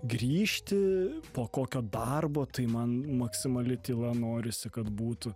grįžti po kokio darbo tai man maksimali tyla norisi kad būtų